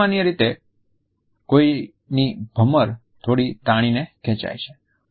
સામાન્ય રીતે કોઈની ભમર થોડી તાણીને ખેંચાય છે